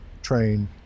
train